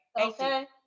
Okay